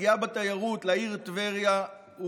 הפגיעה בתיירות לעיר טבריה,